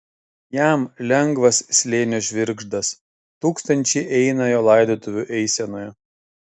jam lengvas slėnio žvirgždas tūkstančiai eina jo laidotuvių eisenoje